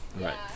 Right